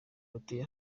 batuye